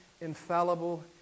Infallible